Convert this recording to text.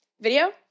video